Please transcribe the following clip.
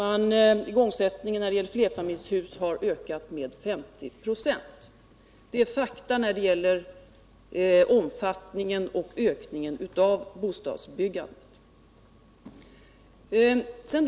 Igångsättningen när det gäller flerfamiljshus har ökat med 50 96. Det är fakta när det gäller omfattningen av bostadsbyggandets ökning.